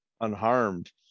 unharmed